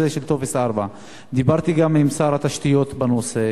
של טופס 4. דיברתי גם עם שר התשתיות בנושא,